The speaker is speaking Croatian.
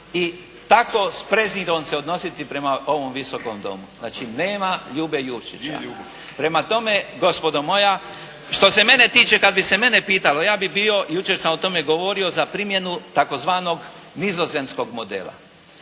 i tako s prezirom se odnositi prema ovom Visokom domu. Znači, nema Ljube Jurčića. Prema tome, gospodo moja što se mene tiče, kad bi se mene pitalo ja bih bio jučer sam o tome govorio za primjenu tzv. nizozemskog modela.